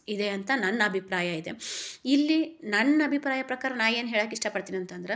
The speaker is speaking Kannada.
ಇದೆ ಅಂತ ನನ್ನ ಅಭಿಪ್ರಾಯ ಇದೆ ಇಲ್ಲಿ ನನ್ನ ಅಭಿಪ್ರಾಯ ಪ್ರಕಾರ ನಾ ಏನು ಹೇಳಾಕಿಷ್ಟಪಡ್ತೀನಿ ಅಂತಂದ್ರೆ